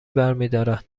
برمیدارد